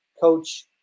coach